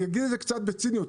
אני אגיד את זה קצת בציניות,